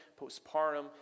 postpartum